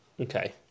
Okay